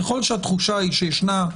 ככל שהתחושה היא שישנה,